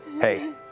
hey